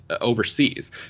overseas